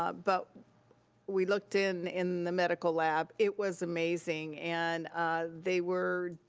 ah but we looked in in the medical lab. it was amazing and they were,